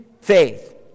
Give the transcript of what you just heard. faith